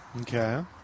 Okay